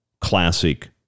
classic